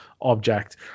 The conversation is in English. object